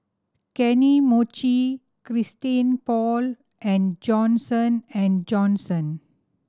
Kany Mochi Christian Paul and Johnson and Johnson